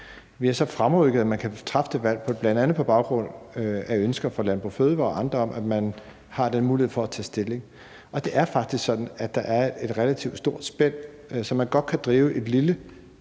Vi har så fremrykket, at man kan træffe det valg, bl.a. på baggrund af ønsker fra Landbrug & Fødevarer og andre om, at man har den mulighed for at tage stilling. Og det er faktisk sådan, at der er et relativt stort spænd, så man godt kan drive landbrug